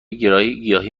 گیاهی